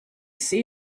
see